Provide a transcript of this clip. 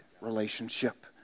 relationship